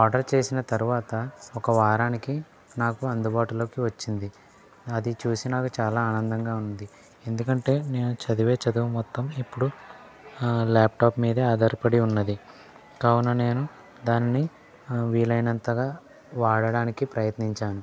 order చేసిన తరువాత ఒక వారానికి నాకు అందుబాటులో వచ్చింది అది చూసి నాకు చాలా ఆనందంగా ఉంది ఎందుకంటే నేను చదివే చదువు మొత్తం ఇప్పుడు ల్యాప్టాప్ మీద ఆధారపడి ఉంది కావున నేను దానిని వీలైనంతగా వాడడానికి ప్రయత్నించాను